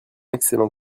excellent